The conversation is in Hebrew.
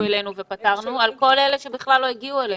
אלינו ופתרנו אלא על כל אלה שבכלל לא הגיעו אלינו.